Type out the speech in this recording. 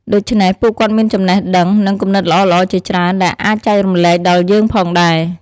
ដូច្នេះ ពួកគាត់មានចំណេះដឹង និងគំនិតល្អៗជាច្រើនដែលអាចចែករំលែកដល់យើងផងដែរ។